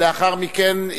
לאחר מכן,